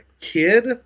kid